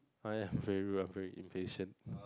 my favourite very impatient